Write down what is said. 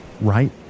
right